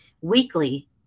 weekly